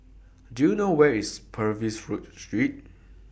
Do YOU know Where IS Purvis Road Street